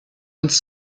uns